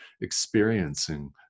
experiencing